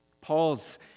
Paul's